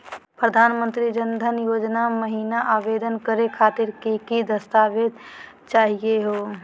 प्रधानमंत्री जन धन योजना महिना आवेदन करे खातीर कि कि दस्तावेज चाहीयो हो?